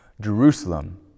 Jerusalem